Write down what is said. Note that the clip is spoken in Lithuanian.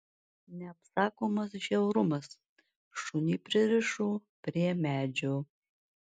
neapsakomas žiaurumas šunį pririšo prie medžio